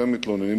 וכולכם מתלוננים,